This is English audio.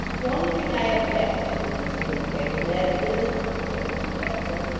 the only thing i object to in this little trait of ned's, is said mr chester,